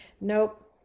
Nope